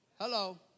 Hello